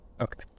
Okay